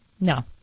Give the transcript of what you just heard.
No